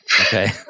okay